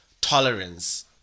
tolerance